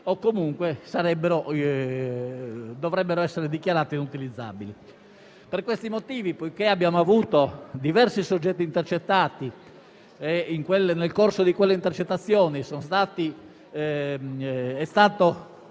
o comunque avrebbero dovuto essere dichiarate inutilizzabili. Per questi motivi, poiché abbiamo avuto diversi soggetti intercettati e nel corso di quelle intercettazioni è stato